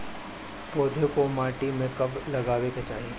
पौधे को मिट्टी में कब लगावे के चाही?